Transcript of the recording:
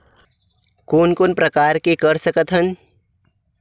कोन कोन प्रकार के कर सकथ हन?